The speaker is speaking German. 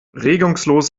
regungslos